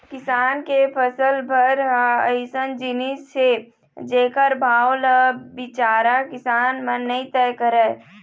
किसान के फसल भर ह अइसन जिनिस हे जेखर भाव ल बिचारा किसान मन नइ तय करय